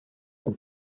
elle